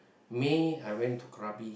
May I went to Krabi